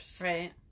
Right